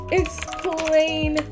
explain